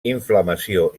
inflamació